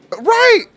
Right